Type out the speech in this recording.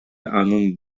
анын